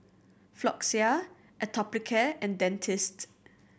Floxia Atopiclair and Dentiste